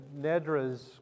Nedra's